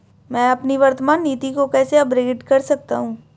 मैं अपनी वर्तमान नीति को कैसे अपग्रेड कर सकता हूँ?